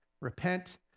Repent